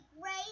great